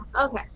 okay